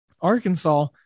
Arkansas